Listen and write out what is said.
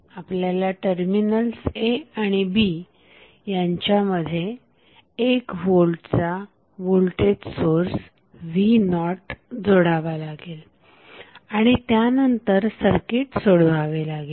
आपल्याला terminals a आणि b यांच्यामध्ये 1V चा व्होल्टेज सोर्स v0जोडावा लागेल आणि त्यानंतर सर्किट सोडवावे लागेल